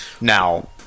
Now